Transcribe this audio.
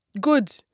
Good